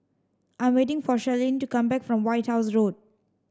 I'm waiting for Cherilyn to come back from White House Road